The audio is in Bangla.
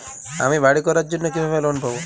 আমি বাড়ি করার জন্য কিভাবে লোন পাব?